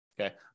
Okay